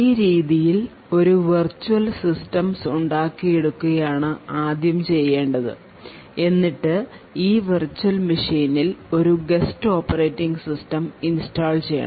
ഈ രീതിയിൽ ഒരു വെർച്വൽ സിസ്റ്റംസ് ഉണ്ടാക്കുകയാണ് ആദ്യം ചെയ്യേണ്ടത് എന്നിട്ട് ഈ വെർച്വൽ മെഷിൻ ൽ ഒരു ഗസ്റ്റ് ഓപ്പറേറ്റിംഗ് സിസ്റ്റം ഇൻസ്റ്റാൾ ചെയ്യണം